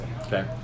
okay